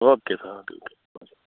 okay sir okay